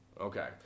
Okay